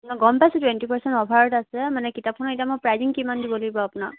নহয় গম পাইছোঁ টুৱেণ্টি পাৰ্চেণ্ট অফাৰত আছে মানে কিতাপখ্নৰ প্ৰাইচিং কিমান দিব লাগিব আপোনাক